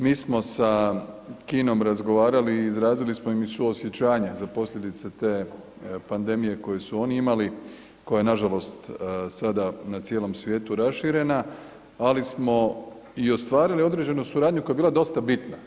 Mi smo sa Kinom razgovarali i izrazili smo im i suosjećanje za posljedice te pandemije koju su oni imali koja je nažalost sada na cijelom svijetu raširena ali smo i ostvarili određenu suradnju koja je bila dosta bitna.